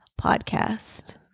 podcast